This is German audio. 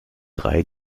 drei